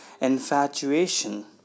infatuation